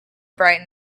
bright